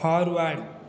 forward